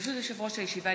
ברשות יושב-ראש הישיבה,